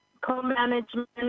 Co-management